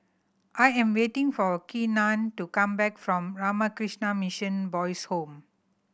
I am waiting for Keenen to come back from Ramakrishna Mission Boys' Home